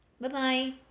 Bye-bye